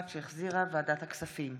2021, שהחזירה ועדת הכספים.